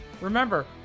Remember